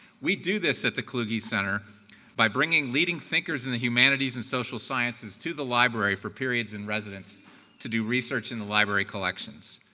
we do this at the kluge center by bringing leading thinkers in the humanities and social sciences to the library for periods in residence to do research in the library collections.